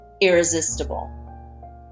irresistible